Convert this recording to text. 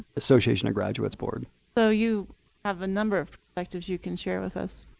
association of graduates board. so you have a number of perspectives you can share with us.